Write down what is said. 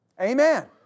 amen